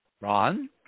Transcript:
Ron